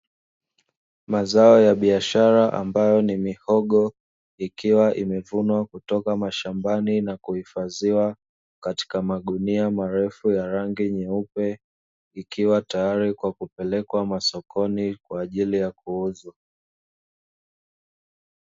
Mazao ya biashara ambayo ni mihogo ikiwa imevunwa kutoka mashambani na kuhifadhiwa, katika magunia marefu ya rangi nyeupe, ikiwa tayari kwa kupelekwa masokoni, kwa ajili ya kuuzwa.